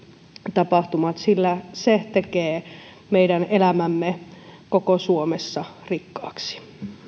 tapahtumat sillä se tekee meidän elämämme koko suomessa rikkaaksi